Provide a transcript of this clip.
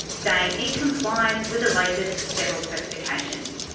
saying it complies with the latest several specifications.